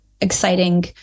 exciting